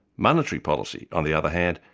monetary policy, on the other hand,